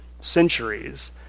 centuries